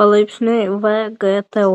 palaipsniui vgtu